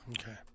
Okay